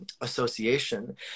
association